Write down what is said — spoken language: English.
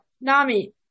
NAMI